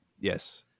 Yes